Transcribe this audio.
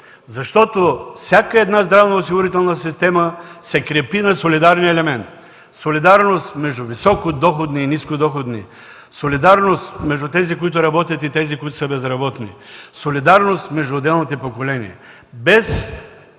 Защото всяка една здравна осигурителна система се крепи на солидарния елемент – солидарност между високодоходни и ниско доходни; солидарност между тези, които работят и тези които са безработни; солидарност между отделните поколения. Без